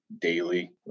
daily